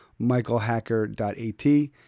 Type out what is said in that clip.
michaelhacker.at